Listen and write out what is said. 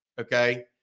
Okay